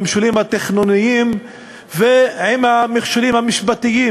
עם המכשולים התכנוניים ועם המכשולים המשפטיים